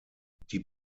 die